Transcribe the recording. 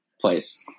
place